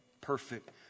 perfect